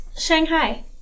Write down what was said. Shanghai